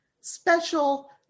special